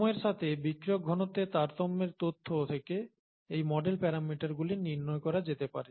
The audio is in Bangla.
সময়ের সাথে বিক্রিয়ক ঘনত্বের তারতম্যের তথ্য থেকে এই মডেল প্যারামিটারগুলি নির্ণয় করা যেতে পারে